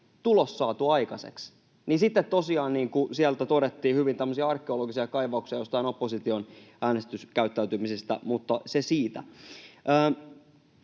todettiin hyvin, tehdä tämmöisiä arkeologisia kaivauksia jostain opposition äänestyskäyttäytymisestä. Mutta se siitä.